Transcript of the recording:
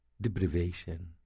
deprivation